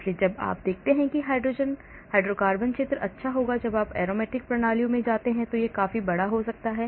इसलिए जब तक आप देख सकते हैं कि हाइड्रोकार्बन क्षेत्र अच्छा होगा जब आप aromatic प्रणालियों में जाते हैं तो यह काफी बड़ा हो सकता है